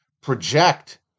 project